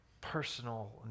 personal